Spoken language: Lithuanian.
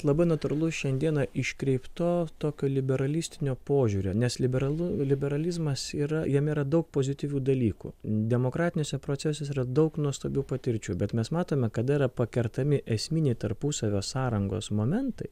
labai natūralu šiandieną iškreipto tokio liberalistinio požiūrio nes liberalu liberalizmas yra jame yra daug pozityvių dalykų demokratiniuose procesuose yra daug nuostabių patirčių bet mes matome kada yra pakertami esminiai tarpusavio sąrangos momentai